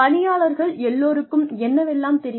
பணியாளர்கள் எல்லோருக்கும் என்னவெல்லம் தெரியும்